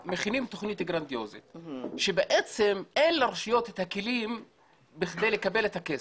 הם מכינים תוכנית גרנדיוזית ובעצם אין לרשויות הכלים לקבל את הכסף.